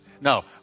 No